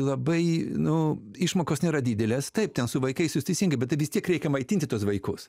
labai nu išmokos nėra didelės taip ten su vaikais jūs teisingai bet vis tiek reikia maitinti tuos vaikus